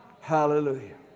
Hallelujah